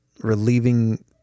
relieving